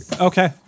Okay